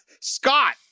Scott